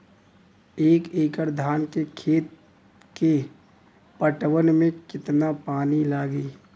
एक एकड़ धान के खेत के पटवन मे कितना पानी लागि?